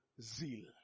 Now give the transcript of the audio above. zeal